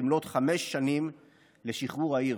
במלאת חמש שנים לשחרור העיר.